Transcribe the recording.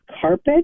carpet